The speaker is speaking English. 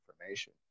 information